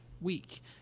week